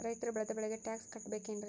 ರೈತರು ಬೆಳೆದ ಬೆಳೆಗೆ ಟ್ಯಾಕ್ಸ್ ಕಟ್ಟಬೇಕೆನ್ರಿ?